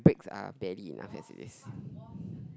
breaks are barely enough as it is